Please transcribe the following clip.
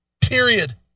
Period